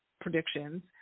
predictions